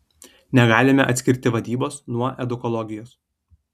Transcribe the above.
negalime atskirti vadybos nuo edukologijos